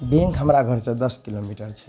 bank हमरा घरसँ दस किलोमीटर छै